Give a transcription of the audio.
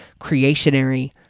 creationary